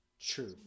True